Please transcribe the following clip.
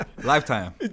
Lifetime